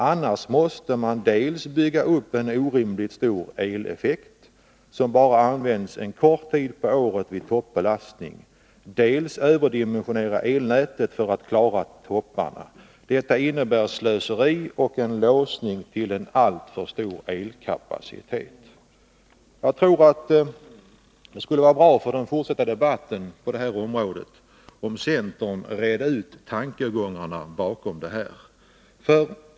Annars måste man dels bygga upp en orimligt stor eleffekt som bara används en kort tid på året vid toppbelastning, dels överdimensionera elnätet för att klara topparna. Detta innebär slöseri och en låsning till en alltför stor elkapacitet.” Jag tror att det skulle vara bra för den fortsatta debatten på det här området om centern redde ut tankegångarna bakom de påståendena.